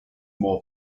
more